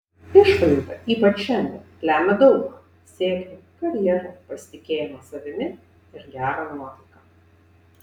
išvaizda ypač šiandien lemia daug ką sėkmę karjerą pasitikėjimą savimi ir gerą nuotaiką